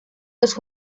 los